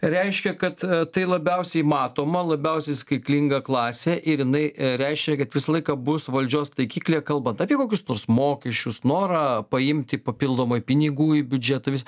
reiškia kad tai labiausiai matoma labiausiai skaitlinga klasė ir jinai reiškia kad visą laiką bus valdžios taikiklyje kalbant apie kokius nors mokesčius norą paimti papildomai pinigų į biudžetą vis